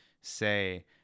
say